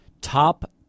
top